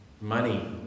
money